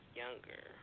younger